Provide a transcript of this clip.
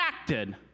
acted